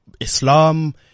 Islam